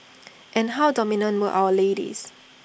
and how dominant were our ladies